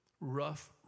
rough